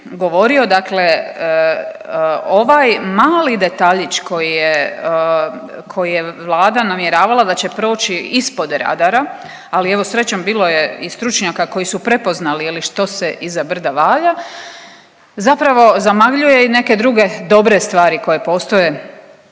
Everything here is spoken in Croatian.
govorio, dakle ovaj mali detaljić koji je, koji je Vlada namjeravala da će proći ispod radara, ali evo, srećom, bilo je i stručnjaka koji su prepoznali, je li, što se iza brda valja, zapravo zamagljuje i neke druge dobre stvari koje postoje,